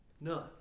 None